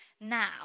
now